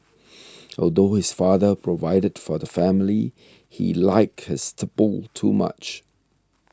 although his father provided for the family he liked his tipple too much